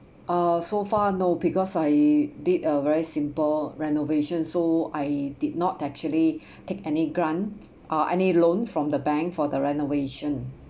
uh so far no because I did a very simple renovation so I did not actually take any grant uh any loan from the bank for the renovation